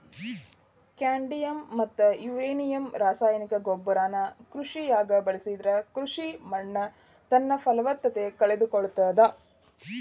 cadmium ಮತ್ತ uranium ಈ ರಾಸಾಯನಿಕ ಗೊಬ್ಬರನ ಕೃಷಿಯಾಗ ಬಳಸಿದ್ರ ಕೃಷಿ ಮಣ್ಣುತನ್ನಪಲವತ್ತತೆ ಕಳಕೊಳ್ತಾದ